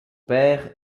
père